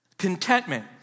Contentment